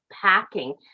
packing